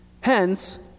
Hence